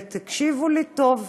ותקשיבו לי טוב: